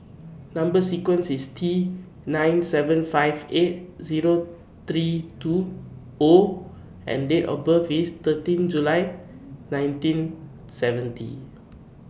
Number sequence IS T nine seven five eight Zero three two O and Date of birth IS thirteen July nineteen seventy